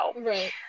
Right